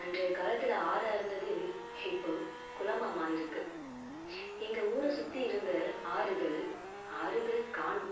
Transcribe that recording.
அன்றைய காலத்தில் ஆறாக இருந்தது இப்போது குளமாக மாறியிருக்கு எங்கள் ஊரை சுற்றி இருந்த ஆறுகள் ஆறுகள் காணோம்